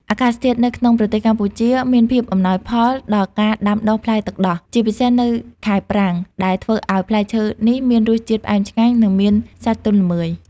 អាកាសធាតុនៅក្នុងប្រទេសកម្ពុជាមានភាពអំណោយផលដល់ការដាំដុះផ្លែទឹកដោះ ជាពិសេសនៅខែប្រាំង ដែលធ្វើឲ្យផ្លែឈើនេះមានរសជាតិផ្អែមឆ្ងាញ់ និងមានសាច់ទន់ល្មើយ។